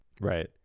Right